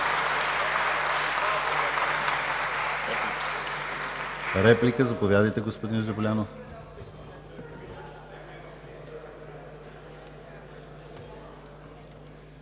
Реплика? Заповядайте, господин Ангелов.